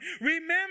Remember